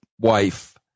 wife